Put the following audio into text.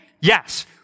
Yes